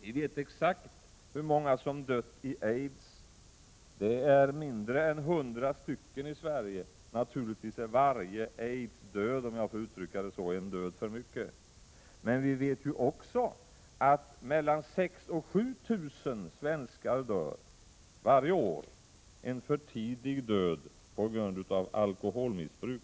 Vi vet exakt hur många som har dött i aids. Det är mindre än 100 stycken i Sverige. Naturligtvis är varje person som dött i aids en död för mycket. Men vi vet också att 6 000—7 000 svenskar varje år dör en för tidig död på grund av alkoholmissbruk.